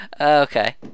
Okay